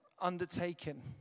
undertaken